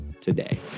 today